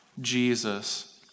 Jesus